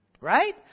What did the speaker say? Right